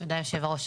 תודה, יושב-הראש.